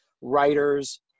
writers